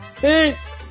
Peace